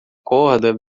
corda